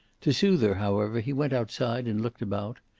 to soothe her, however, he went outside and looked about.